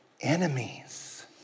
enemies